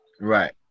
Right